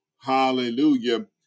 Hallelujah